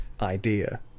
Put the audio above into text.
idea